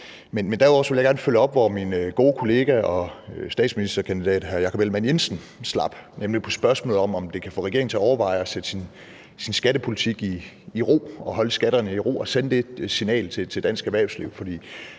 for. Derudover vil jeg gerne følge op, hvor min gode kollega og statsministerkandidat, hr. Jakob Ellemann-Jensen, slap, nemlig spørgsmålet om, om det kan få regeringen til at overveje at sætte sin skattepolitik i ro og holde skatterne i ro og sende det signal til dansk erhvervsliv.